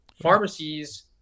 pharmacies